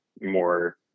more